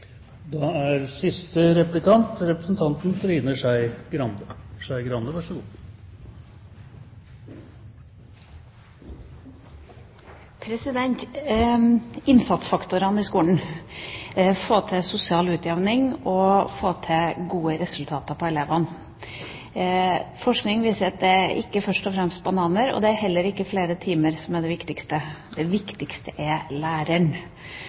innsatsfaktorene i skolen, det å få til en sosial utjamning og få til gode resultater for elevene. Forskning viser at det er ikke først og fremst bananer, og det er heller ikke flere timer som er det viktigste. Det viktigste er læreren.